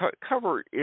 cover